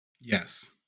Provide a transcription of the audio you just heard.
yes